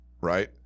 right